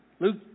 Luke